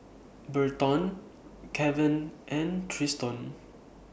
Burton Kevan and Triston